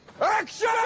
Action